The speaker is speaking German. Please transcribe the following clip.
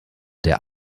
der